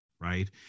right